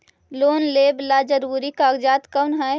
Loan लेब ला जरूरी कागजात कोन है?